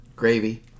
gravy